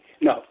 No